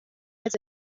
als